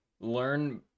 learn